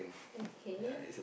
okay